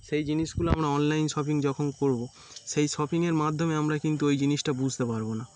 সেই জিনিসগুলো আমরা অনলাইন শপিং যখন করবো সেই শপিংয়ের মাধ্যমে আমরা কিন্তু ওই জিনিসটা বুঝতে পারবো না